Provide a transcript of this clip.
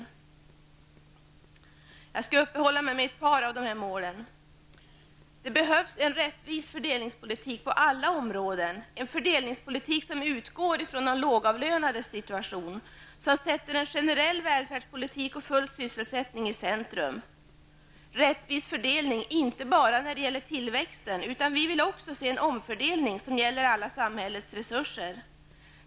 Jag skall uppehålla mig vid några av dessa mål. Det behövs en rättvis fördelningspolitik på alla områden, en fördelningspolitik som utgår från de lågavlönades situation och som sätter en generell välfärdspolitik och full sysselsättning i centrum. Rättvis fördelning gäller inte enbart tillväxten, utan vi vill också se en omfördelning som gäller alla samhällets resurser.